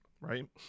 right